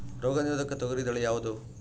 ರೋಗ ನಿರೋಧಕ ತೊಗರಿ ತಳಿ ಯಾವುದು?